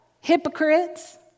hypocrites